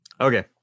Okay